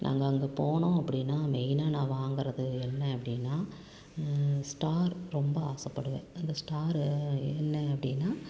நாங்கள் அங்கே போனோம் அப்படின்னா மெயினாக நான் வாங்குறது என்ன அப்படின்னா ஸ்டார் ரொம்ப ஆசைப்படுவேன் அந்த ஸ்டார் என்ன அப்படின்னா